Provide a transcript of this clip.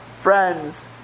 friends